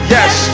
Yes